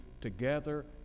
together